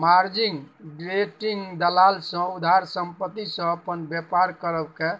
margin trading दलाल सँ उधार संपत्ति सँ अपन बेपार करब केँ